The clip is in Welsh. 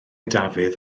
dafydd